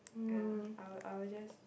ya I will I will just